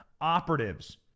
operatives